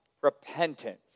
repentance